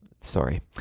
Sorry